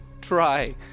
try